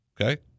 Okay